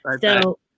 So-